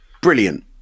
Brilliant